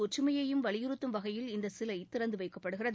ஒற்றுமையையும் வலியுறுத்தும் வகையில் இந்த சிலை திறந்துவைக்கப்படுகிறது